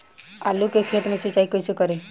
आलू के खेत मे सिचाई कइसे करीं?